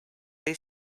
they